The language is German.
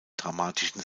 dramatischen